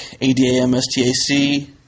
A-D-A-M-S-T-A-C